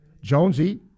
Jonesy